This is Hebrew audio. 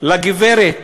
לגברת